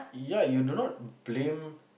ya you do not blame